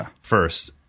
first